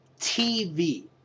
TV